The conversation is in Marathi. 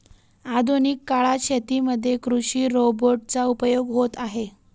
आधुनिक काळात शेतीमध्ये कृषि रोबोट चा उपयोग होत आहे